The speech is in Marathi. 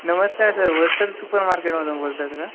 नमस्कार सर वत्सल सुपर मार्केटमधून बोलत आहेत का